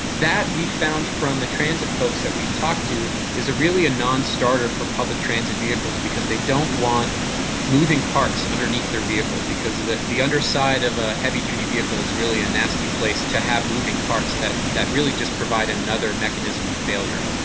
that we found from the transit folks that we've talked to is really a nonstarter for public transit vehicles because they don't want moving parts underneath their vehicle, because the the underside of a heavy-duty vehicle is really a nasty place to have a moving parts that that really just provide another mechanism of failure.